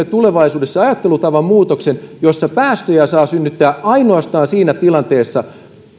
tulevaisuudessa ajattelutavan muutoksen jossa päästöjä saa synnyttää ainoastaan siinä tilanteessa